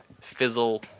fizzle